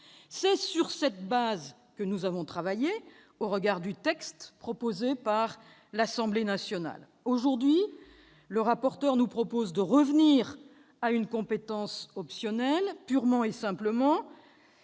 C'est sur cette base que nous avons travaillé sur le texte proposé par l'Assemblée nationale. Aujourd'hui, le rapporteur nous propose de revenir à une compétence optionnelle, purement et simplement.